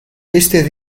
esteve